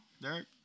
Derek